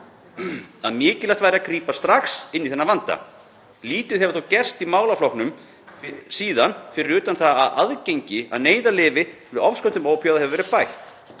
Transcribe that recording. að mikilvægt væri að grípa strax inn í þennan vanda. Lítið hefur þó gerst í málaflokknum síðan fyrir utan það að aðgengi að neyðarlyfi við ofskömmtum ópíóíða hefur verið bætt.